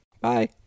Bye